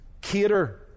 cater